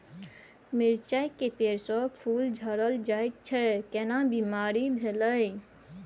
मिर्चाय के पेड़ स फूल झरल जाय छै केना बीमारी भेलई?